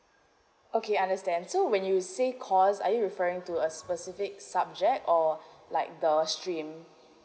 okay understand so when you say course are you referring to a specific subject or like the stream